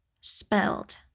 Spelled